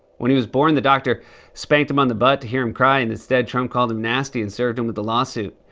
when he was born, the doctor spanked him on the butt to hear him cry, and instead, trump called him nasty and served him with a lawsuit.